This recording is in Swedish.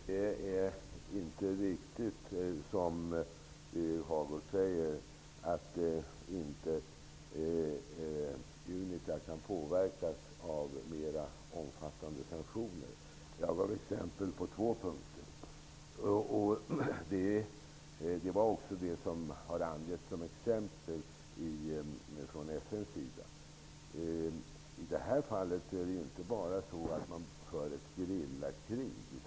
Herr talman! Det är inte riktigt som Birger Hagård säger, att Unita inte kan påverkas av mer omfattande sanktioner. Jag gav exempel på två punkter. De angavs också som exempel från FN:s sida. I detta fall förs inte enbart ett gerillakrig.